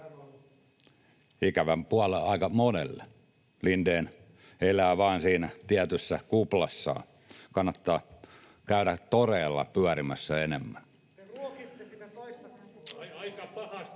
Ikävästi aika monelta. Lindén elää vain siinä tietyssä kuplassaan. Kannattaa käydä toreilla pyörimässä enemmän. [Jussi